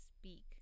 speak